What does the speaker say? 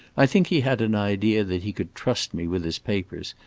i think he had an idea that he could trust me with his papers,